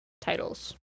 titles